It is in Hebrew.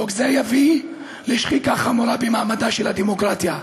חוק זה יביא לשחיקה חמורה במעמדה של הדמוקרטיה.